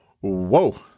Whoa